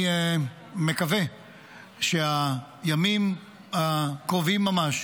אני מקווה שהימים הקרובים ממש